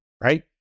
right